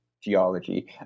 geology